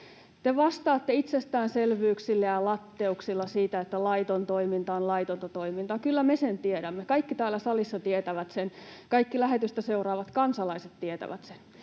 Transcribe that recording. Te vastaatte itsestäänselvyyksillä ja latteuksilla siitä, että laiton toiminta on laitonta toimintaa — kyllä me sen tiedämme. Kaikki täällä salissa tietävät sen, kaikki lähetystä seuraavat kansalaiset tietävät sen.